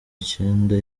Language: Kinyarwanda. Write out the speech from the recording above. icyenda